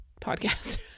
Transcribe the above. podcast